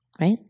right